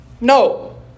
No